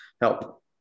help